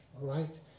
right